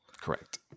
Correct